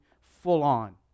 full-on